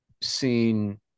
seen